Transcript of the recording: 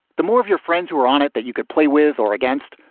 the more of your friends who were on it that you could play with or against,